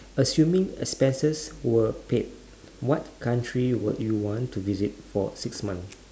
assuming expenses were paid what country would you want to visit for six months